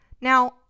Now